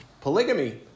polygamy